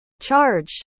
charge